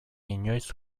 inoiz